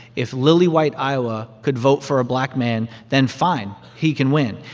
if lily-white iowa could vote for a black man, then fine. he can win.